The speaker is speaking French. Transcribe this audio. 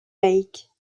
laïcs